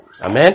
Amen